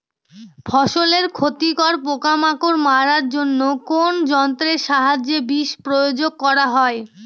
ফসলের ক্ষতিকর পোকামাকড় মারার জন্য কোন যন্ত্রের সাহায্যে বিষ প্রয়োগ করা হয়?